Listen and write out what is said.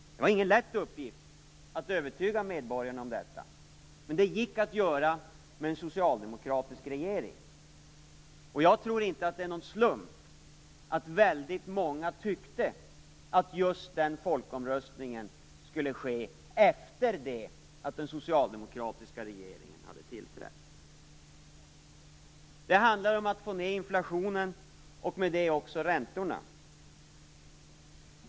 Det var ingen lätt uppgift att övertyga medborgarna om detta, men det gick att göra med en socialdemokratisk regering. Jag tror inte att det är någon slump att väldigt många tyckte att just den folkomröstningen skulle ske efter det att den socialdemokratiska regeringen hade tillträtt. Det handlade om att få ned inflationen och med det också räntorna.